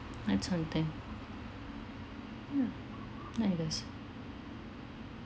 write something ya now it does